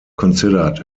considered